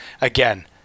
Again